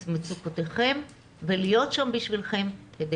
את מצוקותיכם ולהיות שם בשבילכם כדי